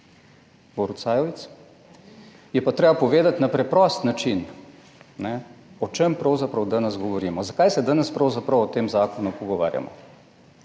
je pa treba povedati na preprost način o čem pravzaprav danes govorimo, zakaj se danes pravzaprav o tem zakonu pogovarjamo.